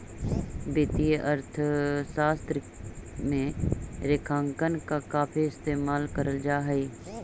वित्तीय अर्थशास्त्र में रेखांकन का काफी इस्तेमाल करल जा हई